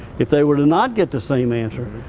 if they were to not get the same answer,